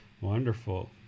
Wonderful